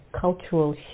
cultural